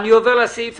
הישיבה ננעלה בשעה